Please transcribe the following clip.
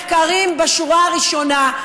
מחקרים מן השורה הראשונה.